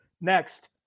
next